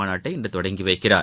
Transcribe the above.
மாநாட்டை இன்றுதொடங்கிவைக்கிறார்